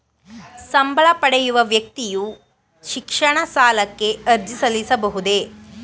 ಸಂಬಳ ಪಡೆಯುವ ವ್ಯಕ್ತಿಯು ಶಿಕ್ಷಣ ಸಾಲಕ್ಕೆ ಅರ್ಜಿ ಸಲ್ಲಿಸಬಹುದೇ?